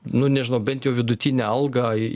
nu nežinau bent jau vidutinę algą